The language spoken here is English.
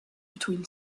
between